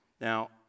Now